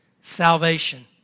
salvation